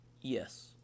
Yes